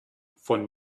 von